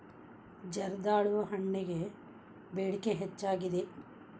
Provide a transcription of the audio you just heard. ಜರ್ದಾಳು ಹಣ್ಣಗೆ ಬೇಡಿಕೆ ಹೆಚ್ಚಾಗಿದೆ